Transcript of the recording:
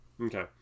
Okay